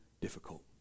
difficult